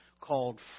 called